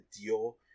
deal